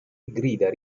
grida